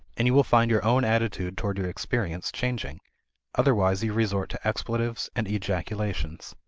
and you will find your own attitude toward your experience changing otherwise you resort to expletives and ejaculations.